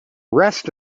rest